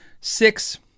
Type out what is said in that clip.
six